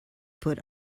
put